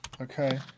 Okay